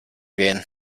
gehen